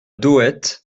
dohette